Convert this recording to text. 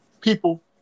people